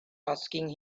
asking